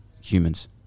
humans